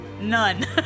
none